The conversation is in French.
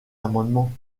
amendement